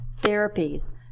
therapies